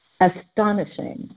astonishing